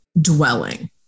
dwelling